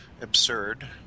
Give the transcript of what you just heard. absurd